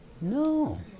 No